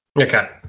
Okay